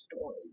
story